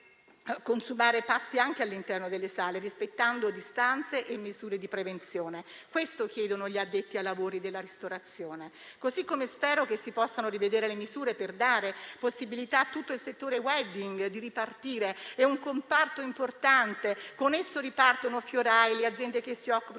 consumare pasti anche all'interno delle sale, rispettando distanze e misure di prevenzione. Questo chiedono gli addetti ai lavori della ristorazione. Allo stesso modo, spero che si possano rivedere le misure per dare possibilità a tutto il settore *wedding* di ripartire; è un comparto importante, con esso ripartono i fiorai, le aziende che si occupano